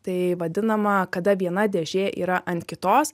tai vadinama kada viena dėžė yra ant kitos